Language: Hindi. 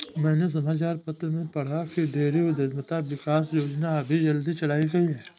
मैंने समाचार पत्र में पढ़ा की डेयरी उधमिता विकास योजना अभी जल्दी चलाई गई है